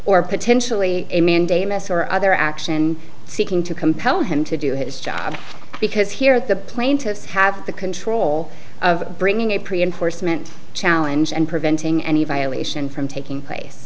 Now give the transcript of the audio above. or potentially a mandamus or other action seeking to compel him to do his job because here at the plaintiffs have the control of bringing a pre enforcement challenge and preventing any violation from taking place